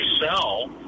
sell